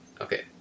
Okay